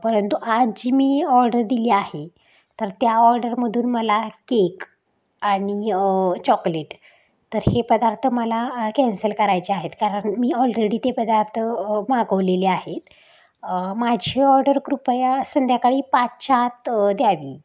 परंतु आज जी मी ऑर्डर दिली आहे तर त्या ऑर्डरमधून मला केक आणि चॉकलेट तर हे पदार्थ मला कॅन्सल करायचे आहेत कारण मी ऑलरेडी ते पदार्थ मागवलेले आहेत माझी ऑर्डर कृपया संध्याकाळी पाचच्या आत द्यावी